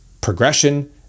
Progression